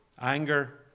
Anger